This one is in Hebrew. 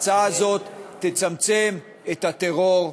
ההצעה הזאת תצמצם את הטרור,